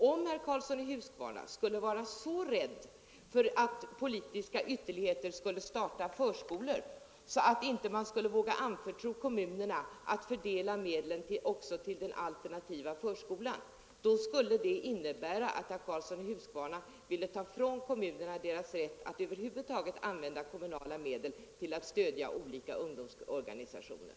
Om herr Karlsson i Huskvarna skulle vara så rädd för att politiska ytterligheter skall starta förskolor att man inte skulle våga anförtro åt kommunerna att fördela medlen också till den alternativa förskolan skulle det innebära att herr Karlsson ville ta från kommunerna deras rätt att över huvud taget använda kommunala medel till att stödja olika ungdomsorganisationer.